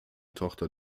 tochter